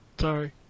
Sorry